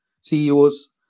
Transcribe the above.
CEOs